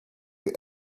you